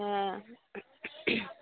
হ্যাঁ